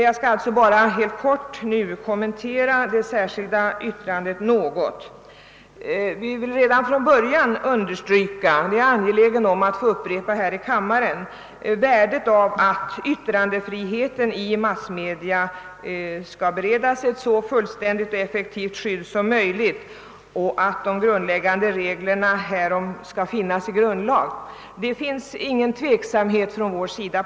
Jag skall nu bara helt kortfattat något kommentera det särskilda yttrandet. Vi vill redan från början understryka — detta är jag angelägen att upprepa här i kammaren — värdet av att yttrandefriheten i massmedia bereds ett så fullständigt och effektivt skydd som möjligt och att de grundläggande reglerna härom finns i grundlagen. På den punkten råder ingen tveksamhet från vår sida.